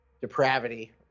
depravity